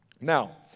Now